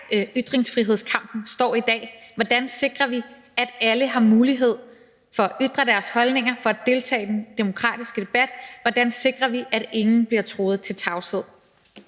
der, ytringsfrihedskampen står i dag: Hvordan sikrer vi, at alle har mulighed for at ytre deres holdninger, for at deltage i den demokratiske debat? Hvordan sikrer vi, at ingen bliver truet til tavshed?